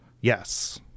yes